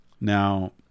Now